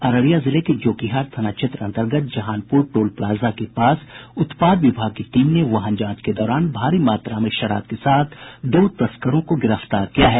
अररिया जिले के जोकीहाट थाना क्षेत्र अंतर्गत जहानपूर टोल प्लाजा के पास उत्पाद विभाग की टीम ने वाहन जांच के दौरान भारी मात्रा में शराब के साथ दो तस्करों को गिरफ्तार किया है